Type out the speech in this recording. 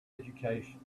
education